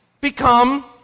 become